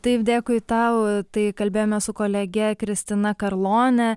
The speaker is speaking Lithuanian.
taip dėkui tau tai kalbėjome su kolege kristina karlone